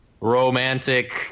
romantic